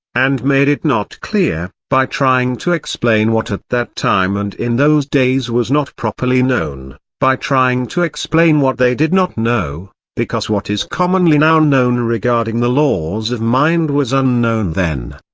and made it not clear, by trying to explain what at that time and in those days was not properly known, by trying to explain what they did not know because what is commonly now known regarding the laws of mind was unknown then.